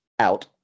Out